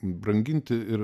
branginti ir